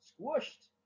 squished